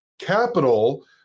capital